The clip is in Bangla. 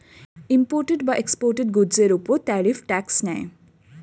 ইম্পোর্টেড বা এক্সপোর্টেড গুডসের উপর ট্যারিফ ট্যাক্স নেয়